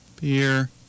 Beer